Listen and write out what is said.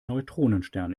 neutronenstern